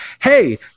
Hey